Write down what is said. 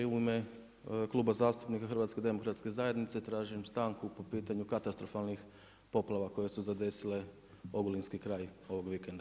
U ime Kluba zastupnika HDZ-a tražim stanku po pitanju katastrofalnih poplava koje su zadesile Ogulinski kraj ovog vikenda.